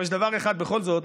יש דבר אחד בכל זאת,